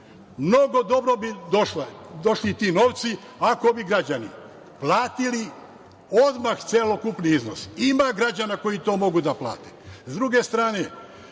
mnogo dobro bi došli ti novci ako bi građani platili odmah celokupni iznos. Ima građana koji to mogu da plate.